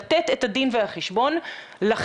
לתת את הדין וחשבון לכם,